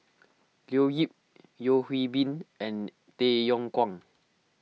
Leo Yip Yeo Hwee Bin and Tay Yong Kwang